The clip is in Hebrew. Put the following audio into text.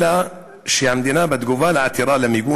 אלא שהמדינה בתגובה על עתירה למיגון